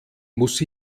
muss